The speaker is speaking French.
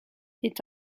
est